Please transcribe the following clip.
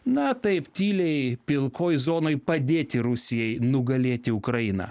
na taip tyliai pilkoj zonoj padėti rusijai nugalėti ukrainą